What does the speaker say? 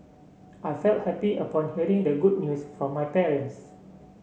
I felt happy upon hearing the good news from my parents